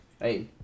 hey